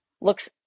looks